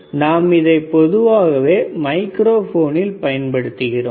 எனவே நாம் இதை பொதுவாகவே மைக்ரோ போனில் பயன்படுத்துவோம்